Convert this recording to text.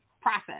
process